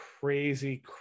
Crazy